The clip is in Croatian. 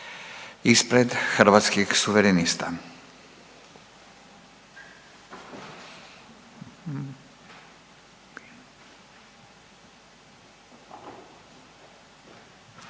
Kluba Hrvatskih suverenista